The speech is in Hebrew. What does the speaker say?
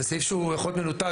זה סעיף שהוא יכול להיות גם מנותק